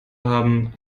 haben